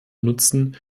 nutzen